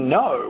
no